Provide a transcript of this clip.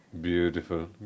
Beautiful